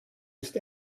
ist